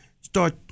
start